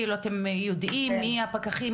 אתם יודעים מי הפקחים?